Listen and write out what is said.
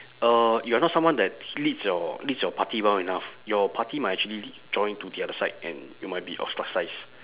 uh you are not someone that leads your leads your party well enough your party might actually join to the other side and you might be ostracised